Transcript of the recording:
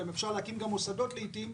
אפשר להקים גם מוסדות לעיתים,